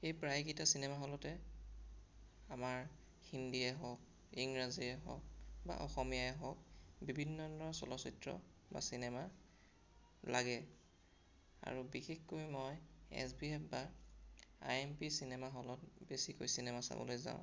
এই প্ৰায় কেইটা চিনেমা হলতে আমাৰ হিন্দীয়ে হওক ইংৰাজীয়ে হওক বা অসমীয়াই হওক বিভিন্ন ধৰণৰ চলচ্চিত্ৰ বা চিনেমা লাগে আৰু বিশেষকৈ মই এচ বি এফ বা আই এম পি চিনেমা হলত বেছিকৈ চিনেমা চাবলৈ যাওঁ